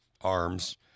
arms